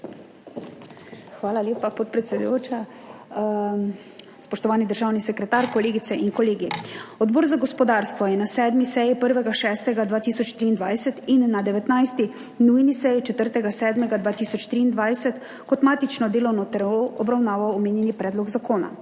Hvala lepa, podpredsedujoča. Spoštovani državni sekretar, kolegice in kolegi! Odbor za gospodarstvo je na 7. seji, 1. 6. 2023, in na 19. nujni seji, 4. 7. 2023, kot matično delovno telo obravnaval omenjeni predlog zakona.